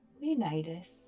Leonidas